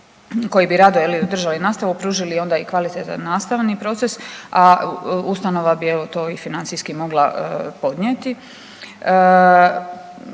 koji bi rado je li održali nastavu, pružili onda i kvalitetan nastavni proces, a ustanova bi evo to i financijski mogla podnijeti.